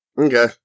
Okay